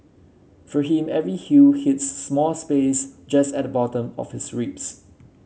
for him every hue hits small space just at the bottom of his ribs